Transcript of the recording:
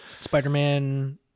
Spider-Man